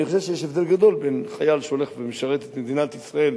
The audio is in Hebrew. אני חושב שיש הבדל גדול בין חייל שהולך ומשרת את מדינת ישראל,